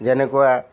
যেনেকুৱা